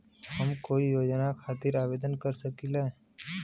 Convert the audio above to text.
हम कोई योजना खातिर आवेदन कर सकीला?